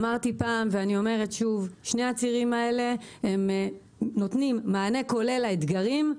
אמרתי פעם ואני אומרת שוב ששני הצירים האלה נותנים מענה כולל לאתגרים,